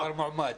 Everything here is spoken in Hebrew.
אתה המועמד.